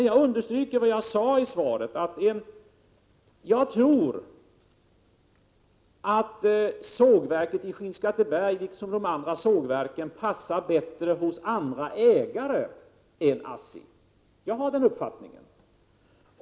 Jag understryker vad jag sade i svaret, att jag tror att sågverket i Skinnskatteberg liksom de andra sågverken passar bättre hos andra ägare än i ASSI. Jag har den uppfattningen.